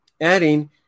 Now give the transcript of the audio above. Adding